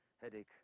headache